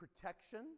protection